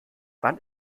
wann